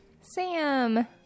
Sam